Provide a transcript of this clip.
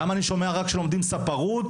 למה אני שומע רק שלומדים ספרות?